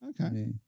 Okay